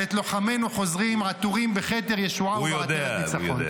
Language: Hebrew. ואת לוחמינו חוזרים עטורים בכתר ישועה ובעטרת ניצחון.